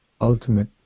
ultimate